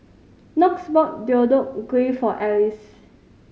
Knox bought Deodeok Gui for Alys